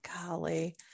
golly